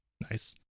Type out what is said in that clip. Nice